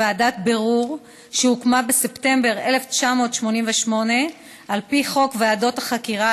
ועדת בירור שהוקמה בספטמבר 1988 על פי חוק ועדות החקירה,